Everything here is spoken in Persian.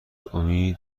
امید